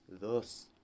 dos